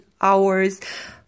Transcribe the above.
hours